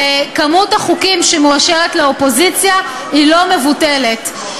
וכמות החוקים שמאושרת לאופוזיציה היא לא מבוטלת.